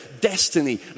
destiny